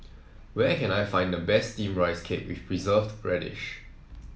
where can I find the best steam Rice Cake with Preserved Radish